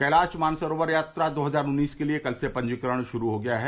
कैलाश मानसरोवर यात्रा दो हजार उन्नीस के लिए कल से पंजीकरण शुरू हो गया है